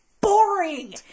boring